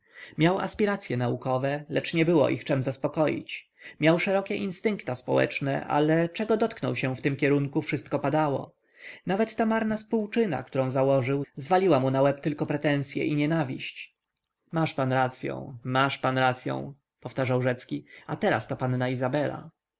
miał aspiracye naukowe lecz nie było ich czem zaspokoić miał szerokie instynkta społeczne ale czego dotknął się w tym kierunku wszystko padało nawet ta marna spółczyna którą założył zwaliła mu na łeb tylko pretensye i nienawiści masz pan racyą masz pan racyą powtarzał rzecki a teraz ta panna izabela